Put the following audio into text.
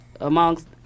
amongst